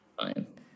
Fine